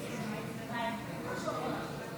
וקיימים כמעט בכל יישוב מעבר למספר